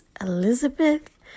Elizabeth